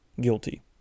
guilty